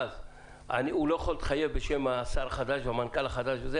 הוא לא יכול להתחייב בשם השר החדש והמנכ"ל החדש,